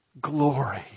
glory